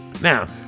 Now